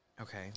Okay